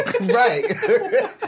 Right